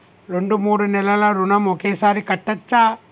రెండు మూడు నెలల ఋణం ఒకేసారి కట్టచ్చా?